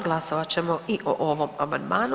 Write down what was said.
Glasovat ćemo i o ovom amandmanu.